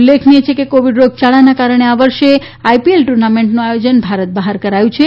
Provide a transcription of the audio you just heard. ઉલ્લેખનીય છે કે કોવિડ રોગયાળાના કારણે આ વર્ષે આઈપીએલ ટૂર્નામેન્ટનું આયોજન ભારત બહાર કરાયું છે